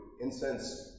Incense